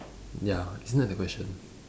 ya isn't that the question